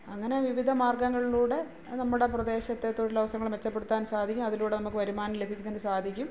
അങ്ങനെ വിവിധ മാര്ഗങ്ങളിലൂടെ നമ്മുടെ പ്രദേശത്തെ തൊഴിലവസരങ്ങള് മെച്ചപ്പെടുത്താന് സാധിക്കും അതിലൂടെ നമുക്ക് വരുമാനം ലഭിക്കുന്നതിന് സാധിക്കും